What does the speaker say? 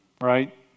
Right